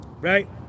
right